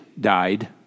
died